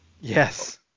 Yes